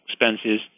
expenses